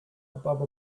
above